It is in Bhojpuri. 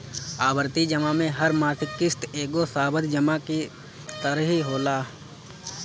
आवर्ती जमा में हर मासिक किश्त एगो सावधि जमा की तरही होला